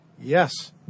Yes